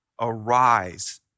Arise